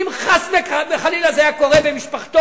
אם חס וחלילה זה היה קורה במשפחתו.